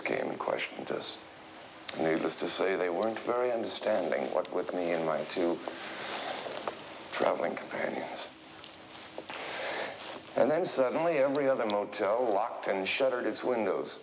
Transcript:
in question just needless to say they weren't very understanding what with me and my two traveling companions and then suddenly every other motel walked and shuttered its windows